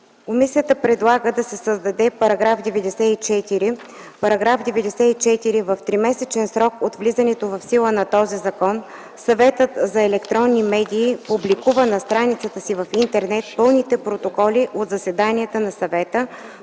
Комисията предлага да се създаде § 94: „§ 94. В тримесечен срок от влизането в сила на този закон, Съветът за електронни медии публикува на страницата си в интернет пълните протоколи от заседанията на Съвета,